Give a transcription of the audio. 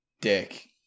dick